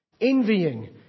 envying